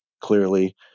clearly